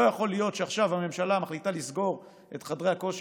לא יכול להיות שעכשיו הממשלה מחליטה לסגור את חדרי הכושר,